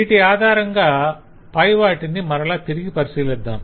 వీటి ఆధారంగా పై వాటిని మరల తిరిగి పరిశీలిద్దాం